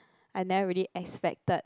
I never really expected